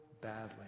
badly